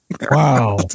Wow